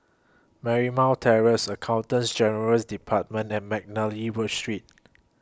Marymount Terrace Accountant General's department and Mcnally Street